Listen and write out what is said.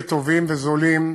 טובים וזולים,